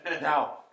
Now